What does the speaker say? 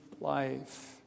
life